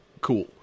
cool